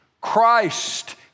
Christ